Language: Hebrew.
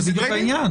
זה סדרי דין.